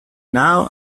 now